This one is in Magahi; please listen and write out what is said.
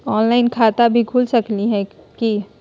ऑनलाइन खाता भी खुल सकली है कि नही?